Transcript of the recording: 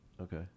Okay